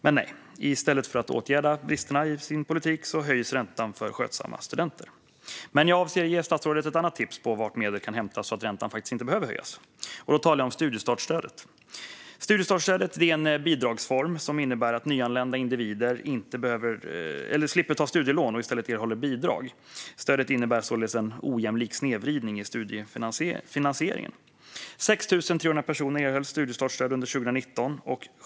Men nej, i stället för att åtgärda bristerna i sin politik höjs räntan för skötsamma studenter. Jag avser att ge statsrådet ett annat tips på var medel kan hämtas så att räntan faktiskt inte behöver höjas, och då talar jag om studiestartsstödet. Studiestartsstödet är en bidragsform som innebär att nyanlända individer slipper ta studielån och i stället erhåller bidrag. Stödet innebär således en ojämlik snedvridning i studiefinansieringen. 6 300 personer erhöll studiestartsstöd under 2019.